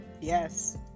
yes